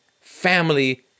family